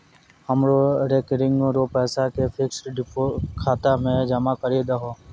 हमरो रेकरिंग रो पैसा के फिक्स्ड खाता मे जमा करी दहो